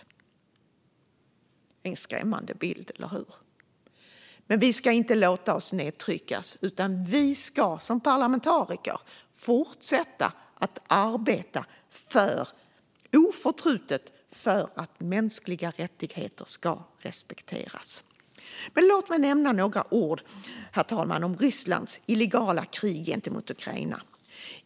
Det är en skrämmande bild, eller hur? Men vi ska inte låta oss nedtryckas, utan som parlamentariker ska vi oförtrutet fortsätta att arbeta för att mänskliga rättigheter ska respekteras. Herr talman! Låt mig nu säga några ord om Rysslands illegala krig mot Ukraina.